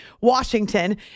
Washington